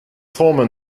former